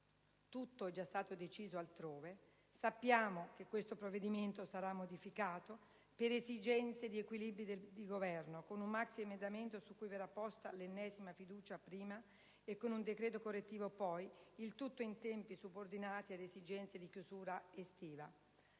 Tutto è già stato deciso altrove; sappiamo che questo provvedimento sarà modificato per esigenze di equilibri di Governo, prima con un maxiemendamento, su cui verrà apposta l'ennesima fiducia, e poi con un decreto correttivo, il tutto in tempi subordinati ad esigenze di chiusura estiva.